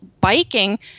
biking